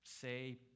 say